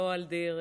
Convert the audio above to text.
לא על דרך,